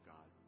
God